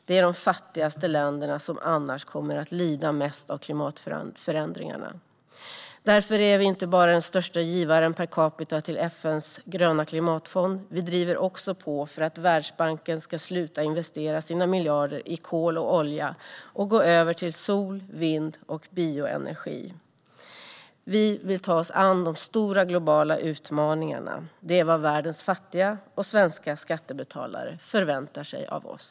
Det är de fattigaste länderna som annars kommer att lida mest av klimatförändringarna. Därför är vi inte bara den största givaren per capita till FN:s gröna klimatfond. Vi driver också på för att Världsbanken ska sluta investera sina miljarder i kol och olja och i stället gå över till sol, vind och bioenergi. Vi vill ta oss an de stora globala utmaningarna. Det är vad världens fattiga och svenska skattebetalare förväntar sig av oss.